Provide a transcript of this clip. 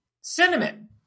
cinnamon